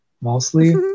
mostly